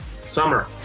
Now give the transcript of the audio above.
Summer